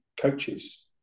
coaches